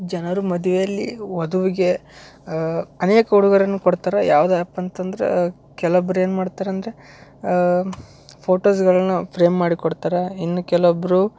ಜನರು ಮದುವೆಯಲ್ಲಿ ವಧುವಿಗೆ ಅನೇಕ ಉಡುಗೊರೆಯನ್ನು ಕೊಡ್ತಾರೆ ಯಾವುದಪ್ಪ ಅಂತಂದ್ರೆ ಕೆಲವೊಬ್ರು ಏನು ಮಾಡ್ತಾರಂದರೆ ಫೋಟೋಸ್ಗಳನ್ನ ಫ್ರೇಮ್ ಮಾಡಿಕೊಡ್ತಾರೆ ಇನ್ನು ಕೆಲವೊಬ್ಬರು